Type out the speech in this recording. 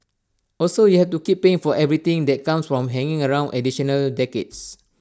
also you have to keep paying for everything that comes from hanging around additional decades